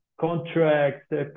contracts